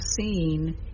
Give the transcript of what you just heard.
seen